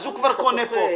אז הוא כבר קונה פה.